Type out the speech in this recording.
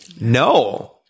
no